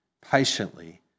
patiently